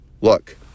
Look